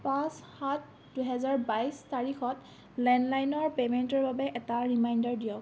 পাঁচ সাত দুহাজাৰ বাইছ তাৰিখত লেণ্ডলাইনৰ পে'মেণ্টৰ বাবে এটা ৰিমাইণ্ডাৰ দিয়ক